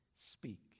speak